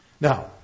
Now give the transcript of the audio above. Now